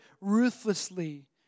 ruthlessly